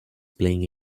playing